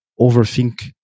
overthink